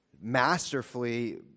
masterfully